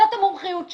זו המומחיות שלהם.